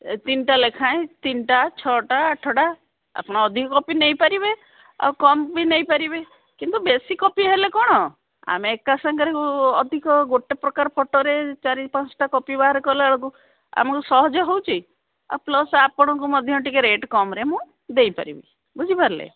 ଏ ତିନିଟା ଲେଖାଏଁ ତିନିଟା ଛଅଟା ଆଠଟା ଆପଣ ଅଧିକ କପି ନେଇପାରିବେ ଆଉ କମ୍ ବି ନେଇପାରିବେ କିନ୍ତୁ ବେଶି କପି ହେଲେ କ'ଣ ଆମେ ଏକା ସାଙ୍ଗରେ ଅଧିକ ଗୋଟେ ପ୍ରକାର ଫଟୋରେ ଚାରି ପାଞ୍ଚଟା କପି ବାହାରେ କଲା ବେଳକୁ ଆମକୁ ସହଜ ହେଉଛି ଆଉ ପ୍ଲସ୍ ଆପଣଙ୍କୁ ମଧ୍ୟ ଟିକେ ରେଟ୍ କମ୍ରେ ମୁଁ ଦେଇପାରିବି ବୁଝିପାରିଲେ